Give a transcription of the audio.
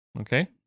Okay